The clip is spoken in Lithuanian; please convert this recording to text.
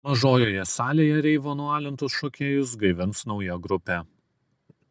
mažojoje salėje reivo nualintus šokėjus gaivins nauja grupė